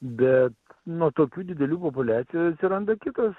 bet nuo tokių didelių populiacijų atsiranda kitos